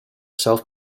self